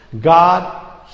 God